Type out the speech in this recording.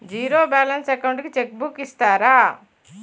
Zero balance account కి cheque book ఇస్తారా?